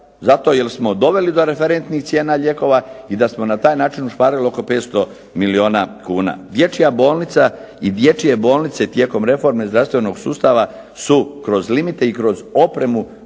zato jer smo doveli do referentnih cijena lijekova i da smo na taj način ušparali oko 500 milijuna kuna. Dječja bolnica i dječje bolnice tijekom reforme zdravstvenog sustava su kroz limite i kroz opremu